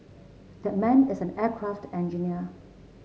that man is an aircraft engineer